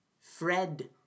Fred